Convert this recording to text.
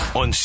on